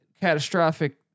catastrophic